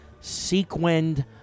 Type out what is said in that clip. sequined